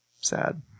sad